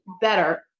better